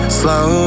slow